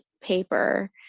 paper